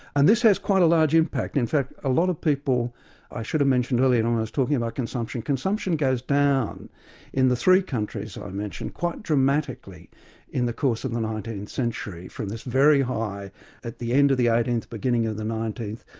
and this has quite a large impact, in fact a lot of people i should have mentioned earlier when i was talking about consumption, consumption goes down in the three countries i've mentioned, quite dramatically in the course of the nineteenth century, from this very high at the end of the eighteenth, beginning of the nineteenth,